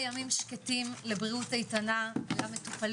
הישיבה ננעלה בשעה